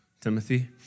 Timothy